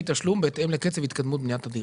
תשלום בהתאם לקצב התקדמות בניית הדירה.